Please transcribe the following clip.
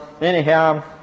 anyhow